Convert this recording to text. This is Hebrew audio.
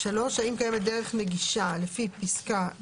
אם קיימת דרך נגישה לפי פסקה (2)